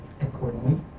accordingly